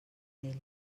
ell